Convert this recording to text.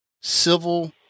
civil